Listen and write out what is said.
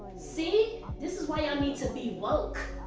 see, this is why y'all need to be woke.